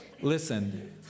Listen